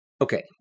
Okay